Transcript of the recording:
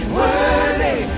worthy